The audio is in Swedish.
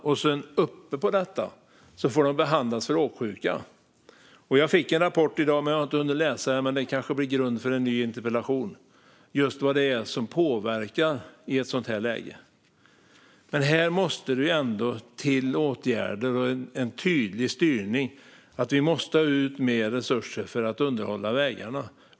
Ovanpå detta måste de behandlas för åksjuka. Jag fick en rapport i dag, men jag har inte hunnit läsa den. Den kanske blir grund för en ny interpellation om vad som påverkar i ett sådant här läge. Här måste det till åtgärder och en tydlig styrning. Vi måste få ut mer resurser för att underhålla vägarna.